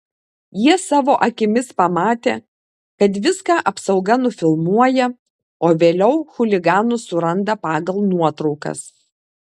jie savo akimis pamatė kad viską apsauga nufilmuoja o vėliau chuliganus suranda pagal nuotraukas